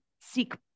seek